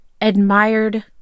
admired